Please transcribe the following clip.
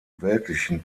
weltlichen